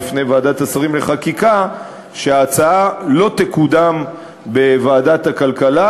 בפני ועדת השרים לחקיקה שההצעה לא תקודם בוועדת הכלכלה,